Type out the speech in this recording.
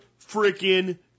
freaking